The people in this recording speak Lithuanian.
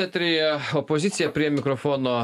eteryje opozicija prie mikrofono